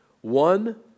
one